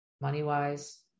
Money-wise